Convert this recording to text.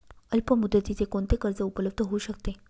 अल्पमुदतीचे कोणते कर्ज उपलब्ध होऊ शकते?